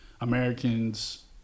Americans